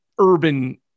urban